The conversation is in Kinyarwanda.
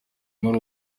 muri